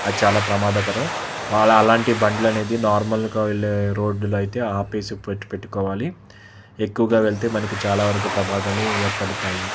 అది చాలా ప్రమాదకరం వాళ అలాంటి బండ్లు అనేది నార్మల్గా వెళ్ళే రోడ్డులు అయితే ఆపేసి పెట్ పెట్టుకోవాలి ఎక్కువగా వెళ్తే మనకి చాలా వరకు ప్రమాదాలు ఏర్పడుతాయి